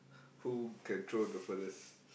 who can throw the furthest